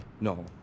no